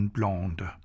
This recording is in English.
Blonde